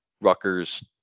Rutgers